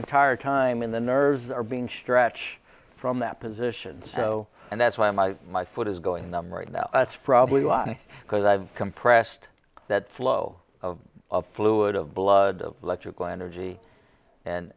entire time in the nerves are being stretch from that position so and that's why my my foot is going numb right now that's probably why because i've compressed that flow of fluid of blood of electrical energy and